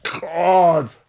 God